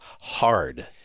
hard